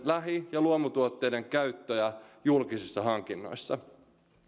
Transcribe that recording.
lähi ja luomutuotteiden käyttöä julkisissa hankinnoissa